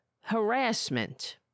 harassment